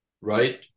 right